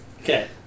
Okay